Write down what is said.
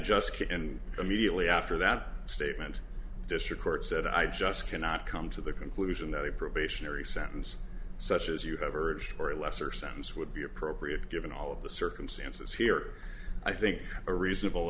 and immediately after that statement district court said i just cannot come to the conclusion that a probationary sentence such as you have urged for a lesser sentence would be appropriate given all of the circumstances here i think a reasonable